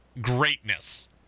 greatness